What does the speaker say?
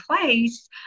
place